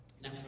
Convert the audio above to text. Now